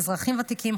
אזרחים ותיקים,